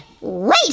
wait